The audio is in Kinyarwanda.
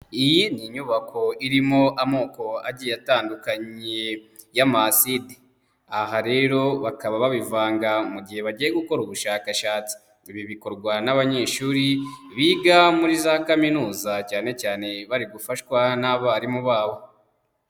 Iyi ni nyubako irimo amoko agiye atandukanye y'amaside, aha rero bakaba babivanga mu gihe bagiye gukora ubushakashatsi, ibi bikorwa n'abanyeshuri biga muri za kaminuza cyane cyane bari gufashwa n'abarimu babo.